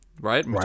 right